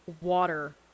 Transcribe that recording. Water